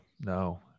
no